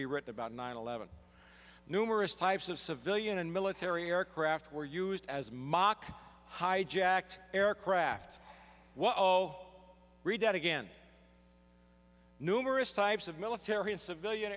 be written about nine eleven numerous types of civilian and military aircraft were used as mock hijacked aircraft whoa read that again numerous types of military and civilian